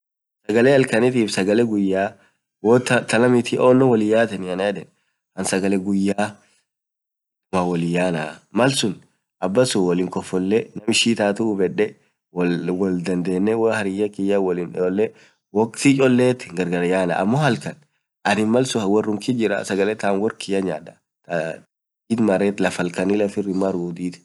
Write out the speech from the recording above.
sagalee halkanitiif sagalee guyya hoo tanamiti onon wolin yatenii anan yedeen anin sagalee guyya inamaan woliin yanaa ,malsuun abaasun wolin kofolee naam ishin itatuu hubede woo hariyaa kiyya woliin olle amo halkaan anin woarkiyy jiraa sagalee taam woarkiyaa nyadaa, laaf halkanii lafir hinmaruu.